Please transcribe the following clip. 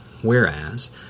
Whereas